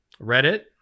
Reddit